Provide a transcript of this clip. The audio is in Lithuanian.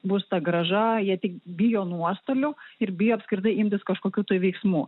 bus ta grąža jie tik bijo nuostolių ir bijo apskritai imtis kažkokių veiksmų